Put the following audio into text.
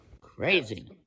crazy